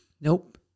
nope